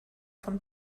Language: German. von